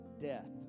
death